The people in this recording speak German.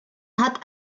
hat